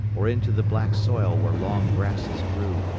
or into the black soil where long grasses grew,